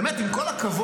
באמת עם כל הכבוד,